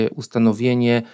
ustanowienie